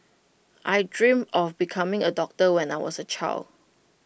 I dreamt of becoming A doctor when I was A child